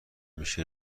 میشه